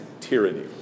tyranny